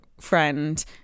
friend